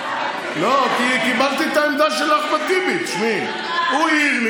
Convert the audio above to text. ואין בעצם מצב נורמטיבי שבו המדינה צריכה להתנהל.